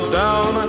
down